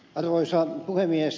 arvoisa puhemies